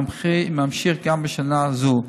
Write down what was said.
וממשיך גם בשנה זו,